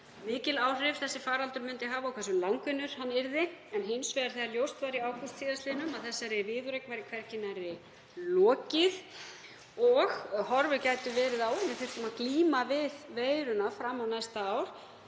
mikil áhrif þessi faraldur myndi hafa og hversu langvinnur hann yrði. En þegar ljóst var í ágúst síðastliðnum að þessari viðureign væri hvergi nærri lokið og horfur gætu verið á að við þyrftum að glíma við veiruna fram á næsta ár